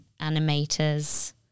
animators